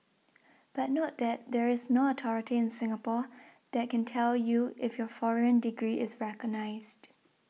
but note that there is no authority in Singapore that can tell you if your foreign degree is recognised